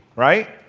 right?